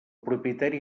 propietari